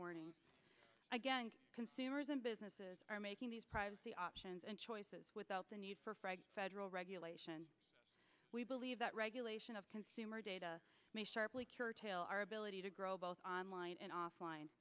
warnings against consumers and businesses are making these privacy options and choices without the need for federal regulation we believe that regulation of consumer data may sharply curtailed our ability to grow both online and offline